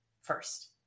first